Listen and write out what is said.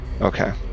Okay